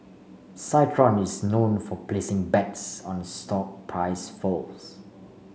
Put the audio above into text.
citron is known for placing bets on stock price falls